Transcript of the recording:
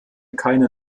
keine